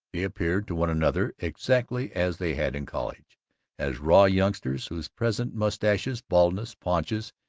they appeared to one another exactly as they had in college as raw youngsters whose present mustaches, baldnesses, paunches,